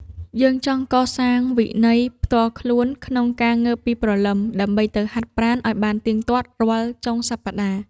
យើងចង់កសាងវិន័យផ្ទាល់ខ្លួនក្នុងការងើបពីព្រលឹម ដើម្បីទៅហាត់ប្រាណឱ្យបានទៀងទាត់រាល់ចុងសប្តាហ៍។